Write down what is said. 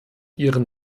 ihren